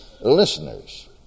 listeners